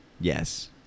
Yes